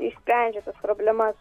išsprendžia tas problemas